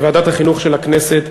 ועדת החינוך של הכנסת